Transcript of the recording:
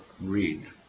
read